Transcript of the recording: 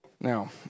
Now